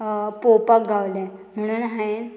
पळोवपाक गावलें म्हणून हांवें